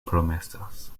promesas